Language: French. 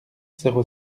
zéro